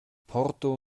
porto